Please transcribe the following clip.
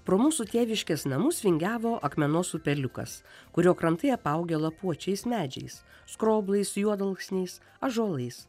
pro mūsų tėviškės namus vingiavo akmenos upeliukas kurio krantai apaugę lapuočiais medžiais skroblais juodalksniais ąžuolais